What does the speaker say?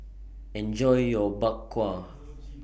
Enjoy your Bak Kwa